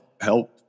help